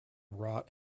wrought